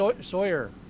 Sawyer